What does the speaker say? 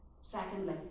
Secondly